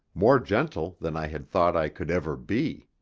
more gentle than i had thought i could ever be.